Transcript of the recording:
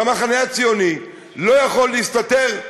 והמחנה הציוני לא יכול להסתתר,